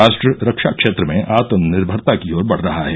राष्ट्र रक्षा क्षेत्र में आत्मनिर्भरता की ओर बढ रहा है